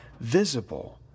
visible